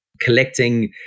collecting